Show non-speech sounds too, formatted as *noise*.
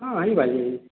ହଁ *unintelligible* ଯେ